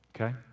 okay